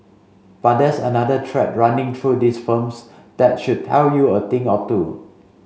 but there's another thread running through these firms that should tell you a thing or two